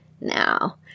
Now